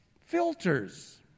filters